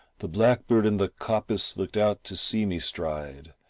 the blackbird in the coppice looked out to see me stride,